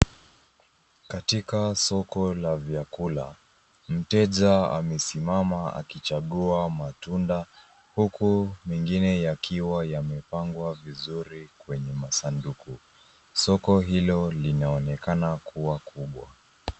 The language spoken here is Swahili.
Katika soko la vyakula, mteja amesimama akichagua matunda huku mengine yakiwa yamepangwa vizuri kwenye masanduku. Soko hilo linaonekana kuwa kubwa.